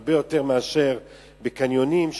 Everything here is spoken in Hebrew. הרבה יותר מאשר בקניונים,